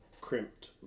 crimped